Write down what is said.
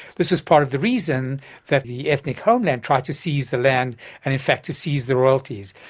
this was part of the reason that the ethnic homeland tried to seize the land and in fact to seize the royalties.